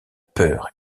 peur